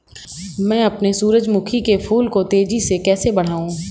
मैं अपने सूरजमुखी के फूल को तेजी से कैसे बढाऊं?